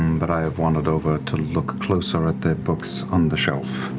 but i have wandered over to look closer at the books on the shelf.